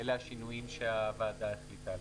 אלה השינויים שהוועדה החליטה עליהם.